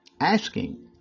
Asking